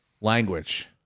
language